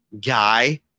guy